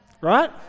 Right